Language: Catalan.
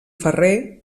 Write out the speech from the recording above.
ferrer